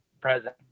present